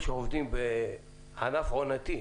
שעובדים בענף עונתי,